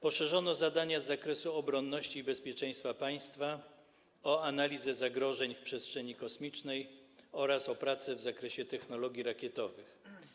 Poszerzono zadania z zakresu obronności i bezpieczeństwa państwa o analizę zagrożeń w przestrzeni kosmicznej oraz o prace w zakresie technologii rakietowych.